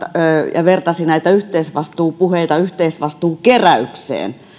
ja vertasi näitä yhteysvastuupuheita yhteisvastuukeräykseen